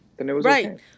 Right